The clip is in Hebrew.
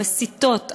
המסיתות,